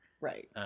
right